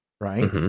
right